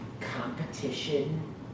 competition